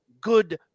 good